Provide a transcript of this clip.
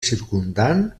circumdant